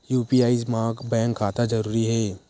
UPI मा bank खाता जरूरी हे?